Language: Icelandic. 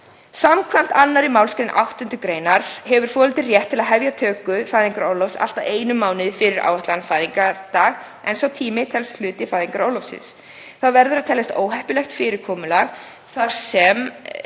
Samkvæmt 2. mgr. 8. gr. hefur foreldri rétt til að hefja töku fæðingarorlofs allt að einum mánuði fyrir áætlaðan fæðingardag en sá tími telst hluti fæðingarorlofsins. Það verður að teljast óheppilegt fyrirkomulag þar sem